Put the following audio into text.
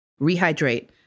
Rehydrate